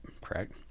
correct